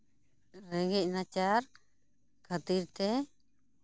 ᱨᱮᱸᱜᱮᱪ ᱱᱟᱪᱟᱨ ᱠᱷᱟᱹᱛᱤᱨ ᱛᱮ